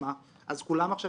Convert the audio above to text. עדיין